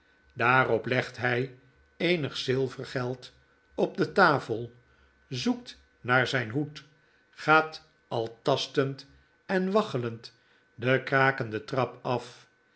daarop legt hy eenig zilvergeld op de tafel zoekt naar zijn hoed gaat al tastend en waggelend de krakende trap af